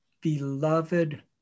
beloved